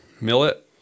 Millet